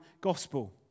gospel